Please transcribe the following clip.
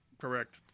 correct